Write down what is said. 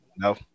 No